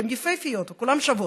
שהן יפהפיות וכולן שוות,